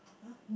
!huh!